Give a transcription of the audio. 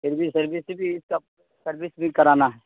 پھر بھی سروس بھی اس کا سروس بھی کرانا ہے